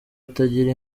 atagira